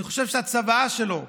אני חושב שהצוואה שלו כאן,